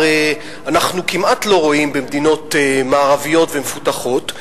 אנחנו כמעט לא רואים במדינות מערביות ומפותחות,